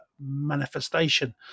manifestation